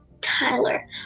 Tyler